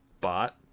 Bot